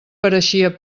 pareixia